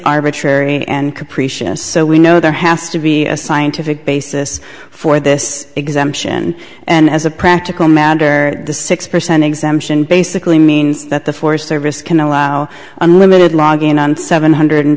arbitrary and capricious so we know there has to be a scientific basis for this exemption and as a practical matter the six percent exemption basically means that the forest service can allow unlimited logging on seven hundred